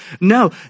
No